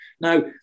Now